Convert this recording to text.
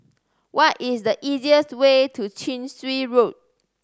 what is the easiest way to Chin Swee Road